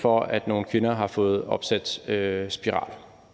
for, at nogle kvinder har fået opsat spiral.